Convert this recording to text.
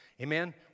Amen